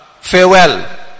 Farewell